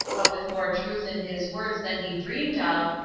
but with more truth in his words than he dreamed of,